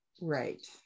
Right